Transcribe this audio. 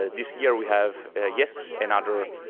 ah this year we have yet another